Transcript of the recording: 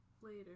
Later